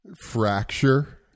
fracture